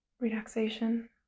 relaxation